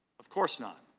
of course not.